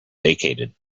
vacated